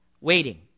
waiting